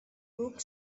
book